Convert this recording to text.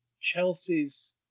Chelsea's